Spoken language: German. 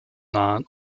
nahen